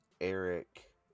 Eric